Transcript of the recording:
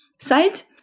site